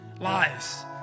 Lies